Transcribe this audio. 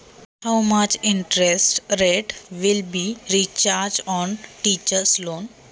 शिक्षणाच्या कर्जावर किती टक्क्यांपर्यंत व्याजदर लागेल?